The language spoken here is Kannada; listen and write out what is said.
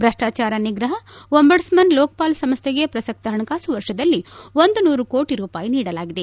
ಭ್ರಷ್ಟಾಚಾರ ನಿಗ್ರಹ ಒಂಬಡ್ಸ್ಮನ್ ಲೋಕಪಾಲ್ ಸಂಸ್ಥೆಗೆ ಪ್ರಸಕ್ತ ಹಣಕಾಸು ವರ್ಷದಲ್ಲಿ ಒಂದು ನೂರು ಕೋಟಿ ರೂಪಾಯಿ ನೀಡಲಾಗಿದೆ